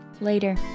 Later